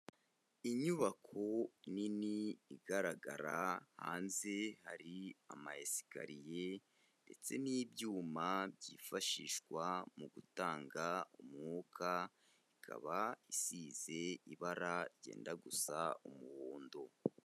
Inyubako nini igaragara hanze, hari amayesikariye ndetse n'ibyuma byifashishwa mu gutanga umwuka, ikaba isize ibara ryenda gusa umuhundo.